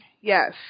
yes